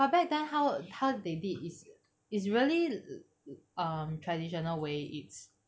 but back then how how they did is is really um traditional way it's